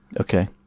Okay